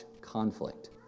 conflict